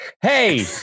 hey